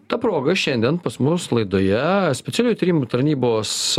ta proga šiandien pas mus laidoje specialiųjų tyrimų tarnybos